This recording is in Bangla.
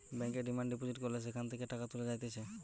ব্যাংকে ডিমান্ড ডিপোজিট করলে সেখান থেকে টাকা তুলা যাইতেছে